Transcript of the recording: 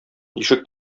ишек